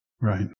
Right